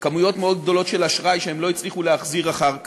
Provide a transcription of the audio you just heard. כמויות מאוד גדולות של אשראי שהם לא הצליחו להחזיר אחר כך,